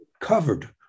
covered